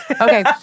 Okay